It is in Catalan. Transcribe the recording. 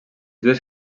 dues